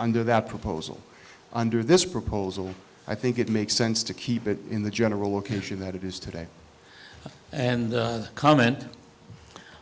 under that proposal under this proposal i think it makes sense to keep it in the general location that it is today and comment